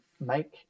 make